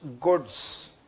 goods